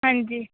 ਹਾਂਜੀ